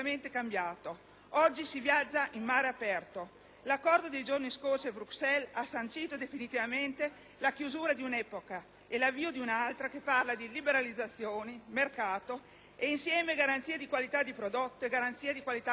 oggi si viaggia in mare aperto. L'accordo dei giorni scorsi a Bruxelles ha sancito definitivamente la chiusura di un'epoca e l'avvio di un'altra, che parla di liberalizzazioni, mercato e, insieme, di garanzia di qualità del prodotto e di qualità ambientale.